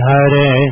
Hare